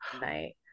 night